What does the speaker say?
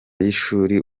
y’ishuri